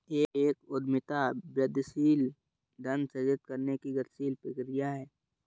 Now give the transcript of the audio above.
एक उद्यमिता वृद्धिशील धन सृजित करने की गतिशील प्रक्रिया है